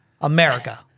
America